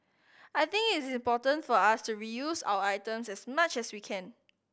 I think it is important for us to reuse our items as much as we can